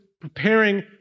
preparing